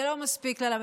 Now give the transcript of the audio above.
זה לא מספיק לה,